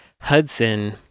Hudson